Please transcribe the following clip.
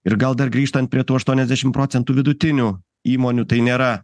ir gal dar grįžtant prie tų aštuoniasdešim procentų vidutinių įmonių tai nėra